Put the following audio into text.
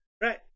Right